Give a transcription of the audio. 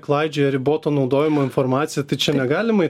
klaidžioja riboto naudojimo informacija tai čia negalima